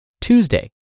Tuesday